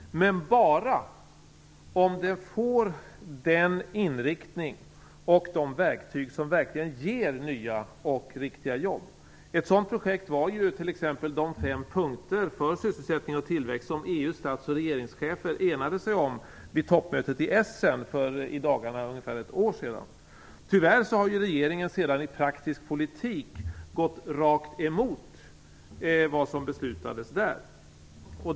Men bara om det får den inriktning och de verktyg som verkligen ger nya och riktiga jobb. Ett sådant projekt var ju t.ex. de fem punkter för sysselsättning och tillväxt som EU:s stats och regeringschefer enade sig om vid toppmötet i Essen för ungefär ett år sedan. Tyvärr har regeringen sedan i praktisk politik gått rakt emot det som beslutades där.